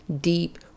deep